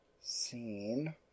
scene